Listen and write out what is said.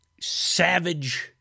savage